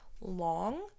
long